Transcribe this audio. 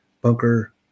Bunker